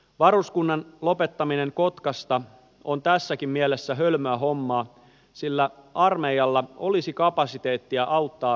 varuskunnan lopettaminen kotkasta on tässäkin mielessä hölmöä hommaa sillä armeijalla olisi kapasiteettia auttaa tällaisessakin tapahtumassa